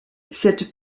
cette